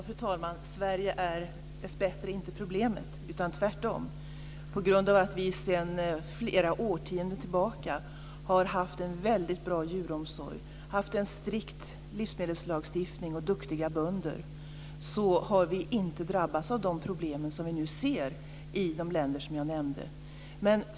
Fru talman! Sverige är dessbättre inte problemet, tvärtom. På grund av att vi sedan flera årtionden tillbaka haft en väldigt bra djuromsorg, en strikt livsmedelslagstiftning och duktiga bönder har vi inte drabbats av de problem som vi nu ser i andra länder.